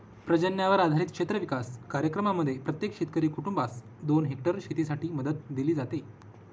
पर्जन्यावर आधारित क्षेत्र विकास कार्यक्रमांमध्ये प्रत्येक शेतकरी कुटुंबास दोन हेक्टर शेतीसाठी मदत दिली जाते